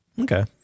Okay